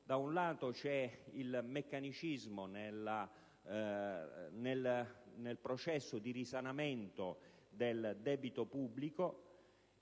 Da un lato c'è il meccanicismo nel processo di risanamento del debito pubblico: